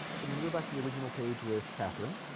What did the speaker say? i'm going to go back to the original page with katherine